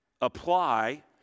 apply